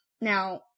Now